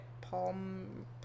palm